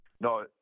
no